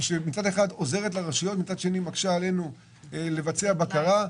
שעוזרת לרשויות אך מקשה עלינו לבצע בקרה.